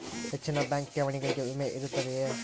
ಹೆಚ್ಚಿನ ಬ್ಯಾಂಕ್ ಠೇವಣಿಗಳಿಗೆ ವಿಮೆ ಇರುತ್ತದೆಯೆ?